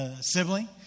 Sibling